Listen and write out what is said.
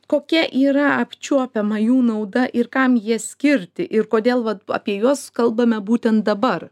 kokia yra apčiuopiama jų nauda ir kam jie skirti ir kodėl vat apie juos kalbame būtent dabar